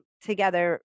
together